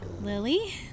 Lily